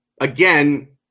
again